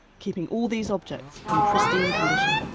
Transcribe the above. keeping all these objects in pristine condition.